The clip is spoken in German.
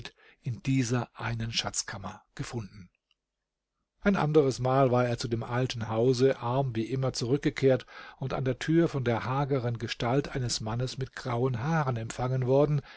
in dieser einen schatzkammer gefunden ein anderes mal war er zu dem alten hause arm wie immer zurückgekehrt und an der tür von der hageren gestalt eines mannes mit grauen haaren empfangen worden